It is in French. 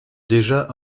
déjà